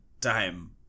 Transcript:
time